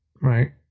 Right